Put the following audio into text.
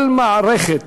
כל מערכת